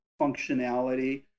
functionality